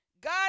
God